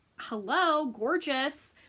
hello gorgeous!